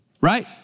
right